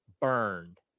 burned